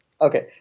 Okay